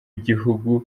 gihugu